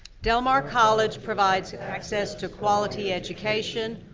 del mar college provides access to quality education,